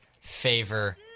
favor